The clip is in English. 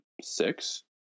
six